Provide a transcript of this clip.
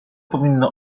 powinno